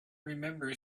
remember